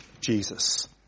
Jesus